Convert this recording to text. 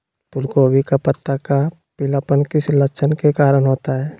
फूलगोभी का पत्ता का पीलापन किस लक्षण के कारण होता है?